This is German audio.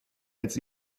als